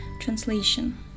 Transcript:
Translation